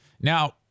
Now